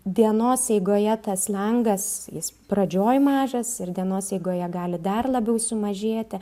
dienos eigoje tas lengas jis pradžioj mažas ir dienos eigoje gali dar labiau sumažėti